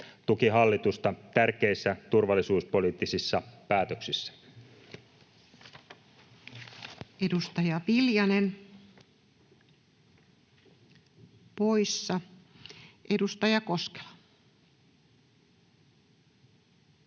tuki hallitusta tärkeissä turvallisuuspoliittisissa päätöksissä. Edustaja Viljanen poissa. — Edustaja Koskela.